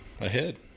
ahead